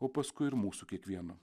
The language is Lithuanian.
o paskui ir mūsų kiekvieno